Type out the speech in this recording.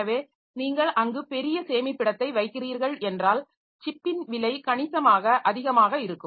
எனவே நீங்கள் அங்கு பெரிய சேமிப்பிடத்தை வைக்கிறீர்கள் என்றால் சிப்பின் விலை கணிசமாக அதிகமாக இருக்கும்